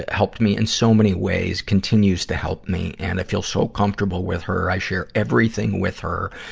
helped me in so many ways, continues to help me. and i feel so comfortable with her. i share everything with her.